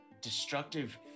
destructive